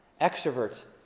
Extroverts